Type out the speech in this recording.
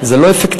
זה לא אפקטיבי.